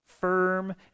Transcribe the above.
Firm